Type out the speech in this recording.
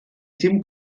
dim